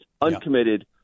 uncommitted